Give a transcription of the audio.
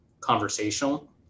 conversational